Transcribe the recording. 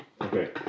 Okay